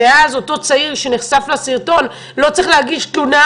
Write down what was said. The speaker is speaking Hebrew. ואז אותו צעיר שנחשף לסרטון לא צריך להגיש תלונה,